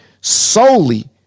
Solely